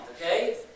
okay